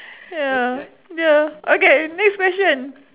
ya ya okay next question